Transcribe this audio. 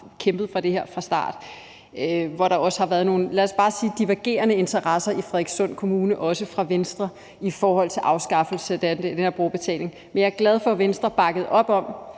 har kæmpet for det her fra starten. Der har også været nogle, lad os bare sige divergerende interesser i Frederikssund Kommune, også for Venstre, i forhold til afskaffelse af den her brugerbetaling. Men jeg er glad for, at Venstre bakkede op,